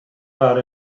about